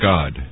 God